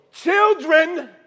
Children